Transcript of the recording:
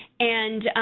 and,